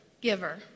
giver